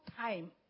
time